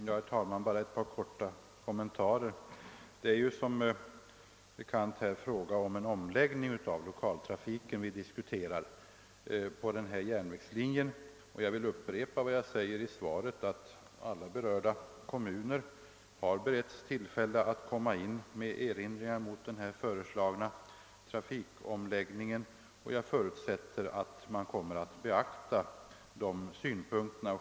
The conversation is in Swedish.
Herr talman! Bara ett par korta kommentarer! Det är som bekant frågan om en omläggning av lokaltrafiken på denna järnvägslinje som vi här diskuterar. Jag vill upprepa vad jag sagt i svaret, att alla berörda kommuner har beretts tillfälle att komma in med erinringar mot den här föreslagna trafikomläggningen, och jag förutsätter att man kommer att beakta deras synpunkter.